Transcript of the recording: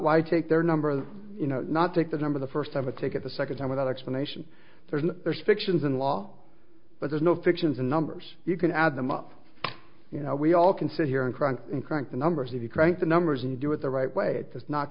why take their number you know not take the number the first time a take it the second time without explanation there's an there's fictions in law but there's no fictions in numbers you can add them up you know we all can sit here and crank in crank the numbers if you crank the numbers and do it the right way it does not